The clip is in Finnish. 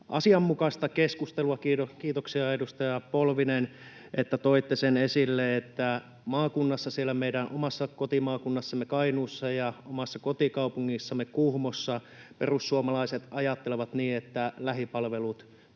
asianmukaista keskustelua. Kiitoksia, edustaja Polvinen, että toitte sen esille, että maakunnassamme, siellä meidän omassa kotimaakunnassamme Kainuussa ja omassa kotikaupungissamme Kuhmossa, perussuomalaiset ajattelevat niin, että lähipalvelut